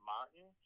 Martin